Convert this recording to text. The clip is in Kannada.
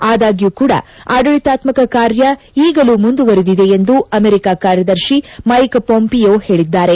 ಆದಾಗ್ಯೂ ಕೂಡಾ ಆಡಳಿತಾತ್ಮಕ ಕಾರ್ಯ ಈಗಲೂ ಮುಂದುವರೆದಿದೆ ಎಂದು ಅಮೆರಿಕದ ಕಾರ್ಯದರ್ಶಿ ಮೈಕ್ ಪೊಂಪಿಯೋ ಹೇಳಿದ್ದಾರೆ